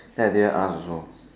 then I didn't ask also